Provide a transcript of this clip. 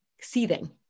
seething